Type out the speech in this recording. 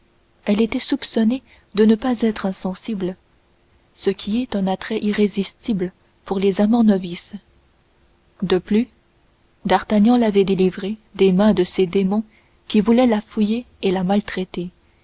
elle était soupçonnée de n'être pas insensible ce qui est un attrait irrésistible pour les amants novices de plus d'artagnan l'avait délivrée des mains de ces démons qui voulaient la fouiller et la maltraiter